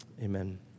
Amen